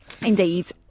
indeed